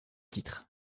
titres